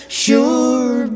sure